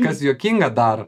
kas juokinga dar